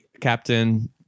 Captain